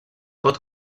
pot